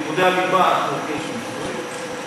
את לימודי הליבה אנחנו נותנים בעברית,